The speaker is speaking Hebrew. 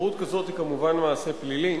התחברות כזאת היא כמובן מעשה פלילי,